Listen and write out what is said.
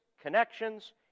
connections